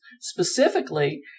specifically